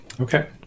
okay